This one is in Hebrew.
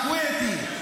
הכווייתי?